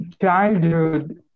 childhood